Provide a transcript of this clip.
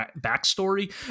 backstory